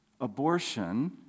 abortion